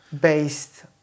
based